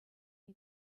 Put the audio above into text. die